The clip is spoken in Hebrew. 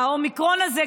באומיקרון הזה,